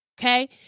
Okay